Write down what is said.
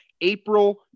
April